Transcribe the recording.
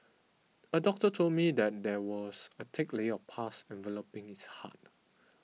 a doctor told me that there was a thick layer of pus enveloping his heart